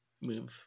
move